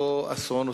אותו אסון,